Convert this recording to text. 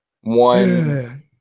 one